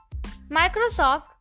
Microsoft